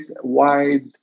wide